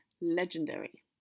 legendary